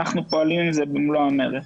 אנחנו פועלים בזה במלוא המרץ.